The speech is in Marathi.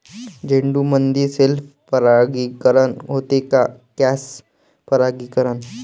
झेंडूमंदी सेल्फ परागीकरन होते का क्रॉस परागीकरन?